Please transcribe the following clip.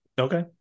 Okay